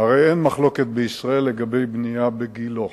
הרי אין מחלוקת בישראל על בנייה בגילה.